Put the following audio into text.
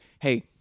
Hey